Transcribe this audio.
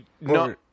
No